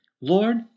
Lord